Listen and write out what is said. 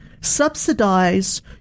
subsidize